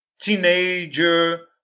teenager